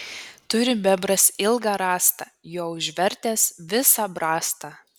turi bebras ilgą rąstą juo užvertęs visą brastą